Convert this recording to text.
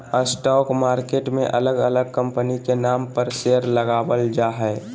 stock market मे अलग अलग कंपनी के नाम पर शेयर लगावल जा हय